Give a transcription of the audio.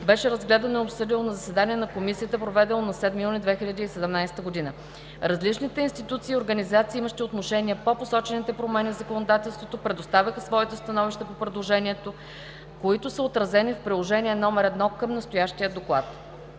беше разгледано и обсъдено на заседание на Комисията, проведено на 7 юни 2017 г. Различните институции и организации, имащи отношение по посочените промени в законодателството, предоставиха своите становища по предложението, които са отразени в Приложение № 1 към настоящия Доклад.